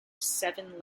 seven